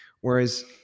Whereas